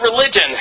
religion